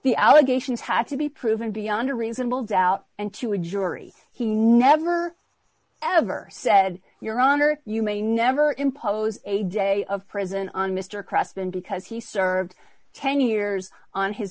the allegations had to be proven beyond a reasonable doubt and to a jury he never ever said your honor you may never impose a day of prison on mr cressman because he served ten years on his